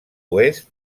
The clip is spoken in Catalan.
oest